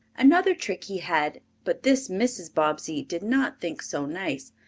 another trick he had, but this mrs. bobbsey did not think so nice,